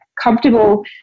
comfortable